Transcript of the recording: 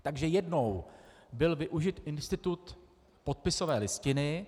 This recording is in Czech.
Takže jednou byl využit institut podpisové listiny.